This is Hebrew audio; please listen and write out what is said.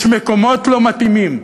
יש מקומות לא מתאימים.